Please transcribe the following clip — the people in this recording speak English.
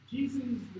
Jesus